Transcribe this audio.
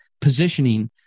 positioning